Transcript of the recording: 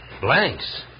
Blanks